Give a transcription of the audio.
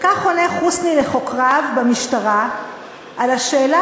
וכך עונה חוסני לחוקריו במשטרה על השאלה